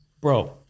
Bro